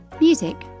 Music